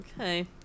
Okay